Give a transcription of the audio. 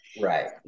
right